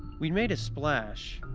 we'd made a splash,